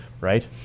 right